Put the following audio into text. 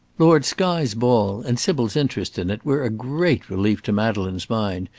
lord skye's ball and sybil's interest in it were a great relief to madeleine's mind,